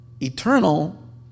eternal